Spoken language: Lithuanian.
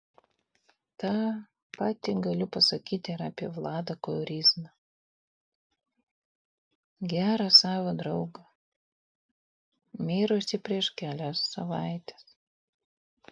tą patį galiu pasakyti ir apie vladą koryzną gerą savo draugą mirusį prieš kelias savaites